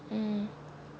mm